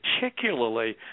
particularly